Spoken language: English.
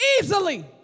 Easily